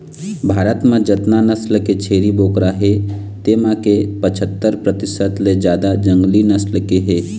भारत म जतना नसल के छेरी बोकरा हे तेमा के पछत्तर परतिसत ले जादा जंगली नसल के हे